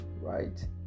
right